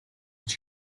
гэж